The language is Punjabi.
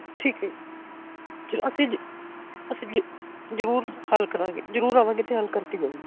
ਠੀਕ ਹੈ ਅਸੀਂ ਅਸੀਂ ਜ ਜ਼ਰੂਰ ਹੱਲ ਕਰਾਂਗੇ ਜ਼ਰੂਰ ਆਵਾਂਗੇ ਅਤੇ ਹੱਲ ਕਰਕੇ ਜਾਊਂਗੇ